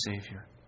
Savior